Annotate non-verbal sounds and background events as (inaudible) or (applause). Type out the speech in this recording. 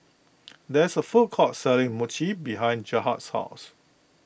(noise) there is a food court selling Mochi behind Gerhard's house